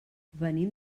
venim